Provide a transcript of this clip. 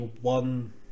one